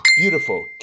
beautiful